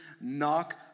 knock